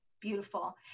beautiful